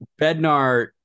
Bednar